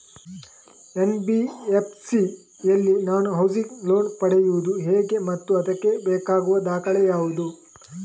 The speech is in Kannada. ಎನ್.ಬಿ.ಎಫ್.ಸಿ ಯಲ್ಲಿ ನಾನು ಹೌಸಿಂಗ್ ಲೋನ್ ಪಡೆಯುದು ಹೇಗೆ ಮತ್ತು ಅದಕ್ಕೆ ಬೇಕಾಗುವ ದಾಖಲೆ ಯಾವುದು?